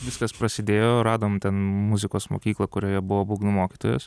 viskas prasidėjo radom ten muzikos mokyklą kurioje buvo būgnų mokytojas